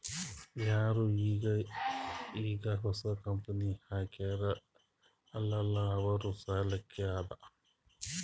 ಯಾರು ಈಗ್ ಈಗ್ ಹೊಸಾ ಕಂಪನಿ ಹಾಕ್ಯಾರ್ ಅಲ್ಲಾ ಅವ್ರ ಸಲ್ಲಾಕೆ ಅದಾ